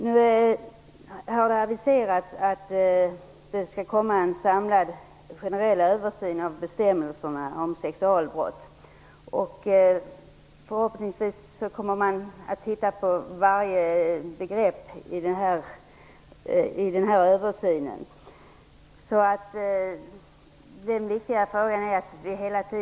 Det har nu aviserats att det skall göras en samlad generell översyn av bestämmelserna om sexualbrott. Förhoppningsvis kommer man vid översynen att gå igenom varje begrepp.